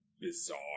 bizarre